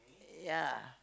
ya